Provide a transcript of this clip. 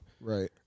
right